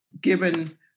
given